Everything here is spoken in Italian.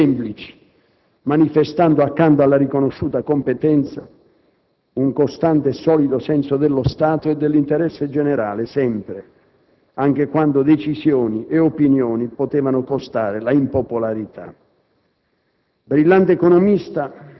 Ha affrontato snodi non semplici, manifestando, accanto alla riconosciuta competenza, un costante e solido senso dello Stato e dell'interesse generale, sempre, anche quando decisioni e opinioni potevano costare l'impopolarità.